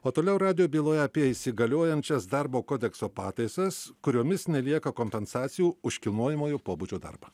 o toliau radijo byloje apie įsigaliojančias darbo kodekso pataisas kuriomis nelieka kompensacijų už kilnojamojo pobūdžio darbą